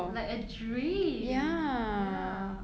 like a dream ya